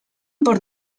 por